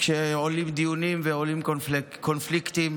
כשעולים דיונים ועולים קונפליקטים,